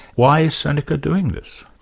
why is seneca doing this?